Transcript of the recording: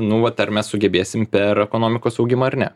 nu vat ar mes sugebėsim per ekonomikos augimą ar ne